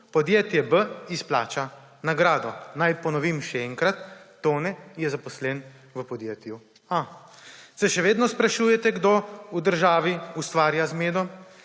podjetje B izplača nagrado. Naj ponovim še enkrat, Tone je zaposlen v podjetju A. Se še vedno sprašujete, kdo v državi ustvarja zmedo?